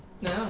No